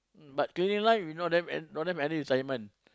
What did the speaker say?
but cleaning line you know don't have don't have any retirement